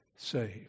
Saved